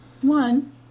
One